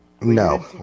No